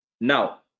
Now